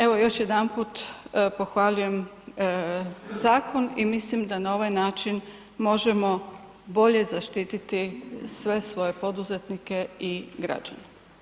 Evo, još jedanput pohvaljujem zakon i mislim da na ovaj način možemo bolje zaštiti sve svoje poduzetnike i građane.